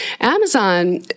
Amazon